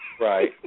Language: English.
Right